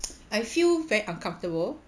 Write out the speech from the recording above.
I feel very uncomfortable